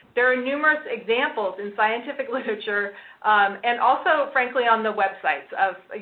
there are numerous examples in scientific literature and also, frankly, on the websites of, you